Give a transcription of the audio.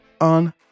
on